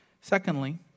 Secondly